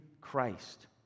Christ